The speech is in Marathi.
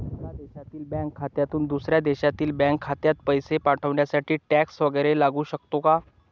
एका देशातील बँक खात्यातून दुसऱ्या देशातील बँक खात्यात पैसे पाठवण्यासाठी टॅक्स वैगरे लागू शकतो का?